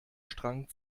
strang